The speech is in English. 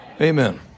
Amen